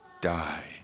die